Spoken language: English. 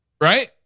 right